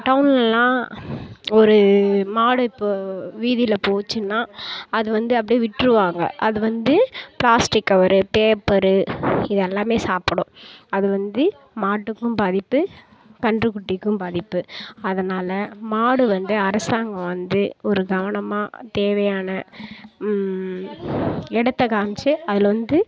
டவுன்ல எல்லாம் ஒரு மாடு இப்போ வீதியில் போச்சின்னா அது வந்து அப்படே விட்டுருவாங்க அது வந்து பிளாஸ்டிக் கவரு பேப்பரு இது எல்லாமே சாப்பிடும் அது வந்து மாட்டுக்கும் பாதிப்பு கன்றுக் குட்டிக்கும் பாதிப்பு அதனால் மாடு வந்து அரசாங்கம் வந்து ஒரு கவனமாக தேவையான இடத்த காமிச்சி அதில் வந்து